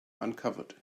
uncovered